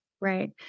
Right